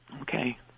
Okay